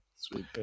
Sweet